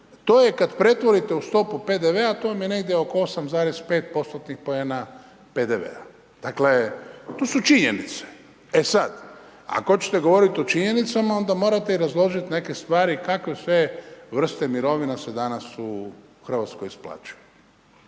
to je kad pretvorite u stopu PDV-a, to vam je negdje oko 8,5% poena PDV-a. dakle to su činjenice. E sad, ako hoćete govoriti o činjenicama onda morate i razložit neke stvari kakve sve vrste mirovina se danas u Hrvatskoj isplaćuju.